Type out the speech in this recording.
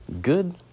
Good